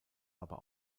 aber